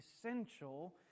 essential